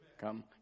Come